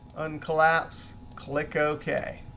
uncollapse, click ok.